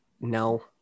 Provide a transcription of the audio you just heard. no